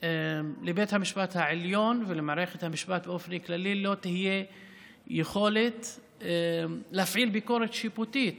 שלבית המשפט העליון ולמערכת המשפט לא תהיה יכולת להפעיל ביקורת שיפוטית